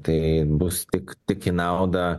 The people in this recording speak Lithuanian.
tai bus tik tik į naudą